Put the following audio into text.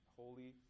holy